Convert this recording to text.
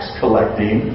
collecting